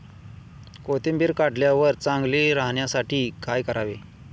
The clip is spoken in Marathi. कोथिंबीर काढल्यावर चांगली राहण्यासाठी काय करावे?